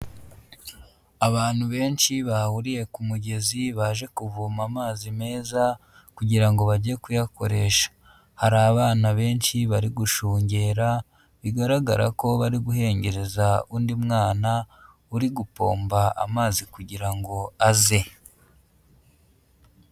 Abantu benshi bahuriye ku mugezi baje kuvoma amazi meza kugirango bajye kuyakoresha, hari abana benshi bari gushungera bigaragara ko bari guhengereza undi mwana uri gupomba amazi kugira ngo aze.